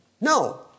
No